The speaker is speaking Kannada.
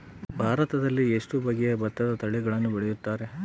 ಭಾರತದಲ್ಲಿ ಎಷ್ಟು ಬಗೆಯ ಭತ್ತದ ತಳಿಗಳನ್ನು ಬೆಳೆಯುತ್ತಾರೆ?